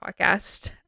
podcast